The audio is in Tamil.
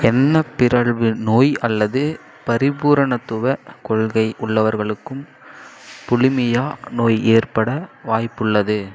எண்ணப் பிறழ்வு நோய் அல்லது பரிபூரணத்துவ கொள்கை உள்ளவர்களுக்கும் புலிமியா நோய் ஏற்பட வாய்ப்புள்ளது